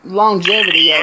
longevity